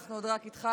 אנחנו עוד רק התחלנו.